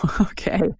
Okay